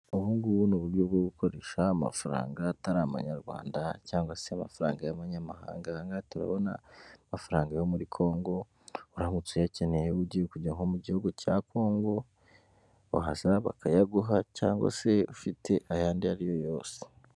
Ubu ngubu ni uburyo bwo gukoresha amafaranga atari amanyarwanda cyangwa se amafaranga y'aba nyamahanga turabona amafaranga yo muri congo uramutse uyakeneye ugiye kujyawa mu gihugu cya congo wahasaba bakayaguha cyangwa se ufite ayandi ari yo yose.